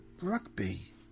Rugby